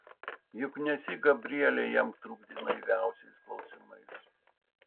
juk nesyk gabrielė jam trukdė naiviausiais klausimais